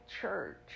Church